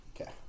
Okay